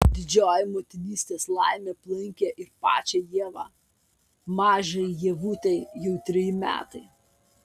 didžioji motinystės laimė aplankė ir pačią ievą mažajai ievutei jau treji metai